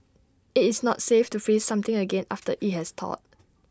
IT is not safe to freeze something again after IT has thawed